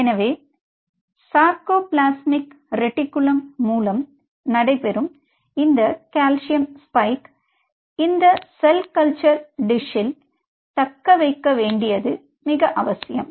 எனவே sarcoplasmic reticulum மூலம் நடைபெறும் இந்த கால்சியம் ஸ்பைக்க இந்த செல் கல்ச்சர் டிஷ் இல் தக்கவைக்க வேண்டியது அவசியம்